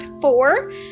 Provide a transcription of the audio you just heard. four